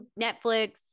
Netflix